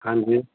ਹਾਂਜੀ